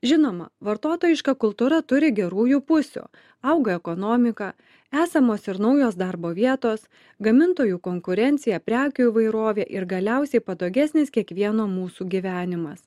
žinoma vartotojiška kultūra turi gerųjų pusių auga ekonomika esamos ir naujos darbo vietos gamintojų konkurencija prekių įvairovė ir galiausiai patogesnis kiekvieno mūsų gyvenimas